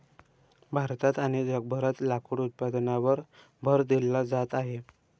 भारतात आणि जगभरात लाकूड उत्पादनावर भर दिला जात आहे